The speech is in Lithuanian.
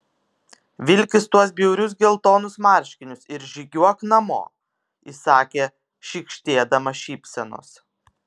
vilkis tuos bjaurius geltonus marškinius ir žygiuok namo įsakė šykštėdama šypsenos